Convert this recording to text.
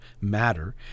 matter